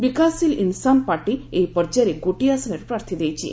ବିକାଶ୍ ଶୀଲ୍ Insaan Party VIP ଏହି ପର୍ଯ୍ୟାୟରେ ଗୋଟିଏ ଆସନରେ ପ୍ରାର୍ଥୀ ଦେଇଛି